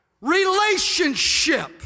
Relationship